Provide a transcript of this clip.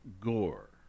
Gore